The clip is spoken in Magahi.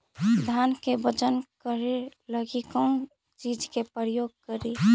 धान के बजन करे लगी कौन चिज के प्रयोग करि?